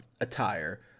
attire